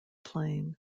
plain